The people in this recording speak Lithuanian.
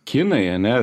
kinai ane